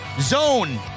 Zone